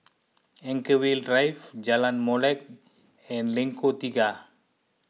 Anchorvale Drive Jalan Molek and Lengkok Tiga